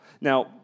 Now